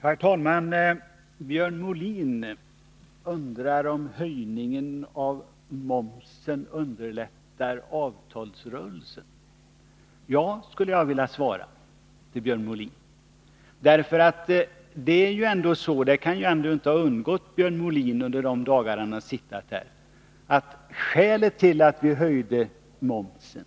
Herr talman! Björn Molin undrar om höjningen av momsen underlättar avtalsrörelsen. Ja, skulle jag vilja svara. Det kan inte ha undgått Björn Molin under de dagar han har suttit här, att skälet till att vi ville höja momsen